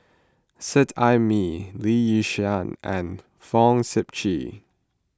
Seet Ai Mee Lee Yi Shyan and Fong Sip Chee